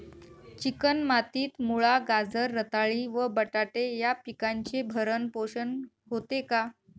Chicken मातीत मुळा, गाजर, रताळी व बटाटे या पिकांचे भरण पोषण होते का?